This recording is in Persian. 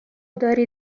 داری